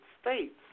States